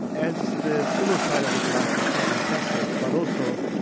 as the fuller side of the glass is quite impressive, but also,